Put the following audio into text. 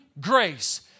grace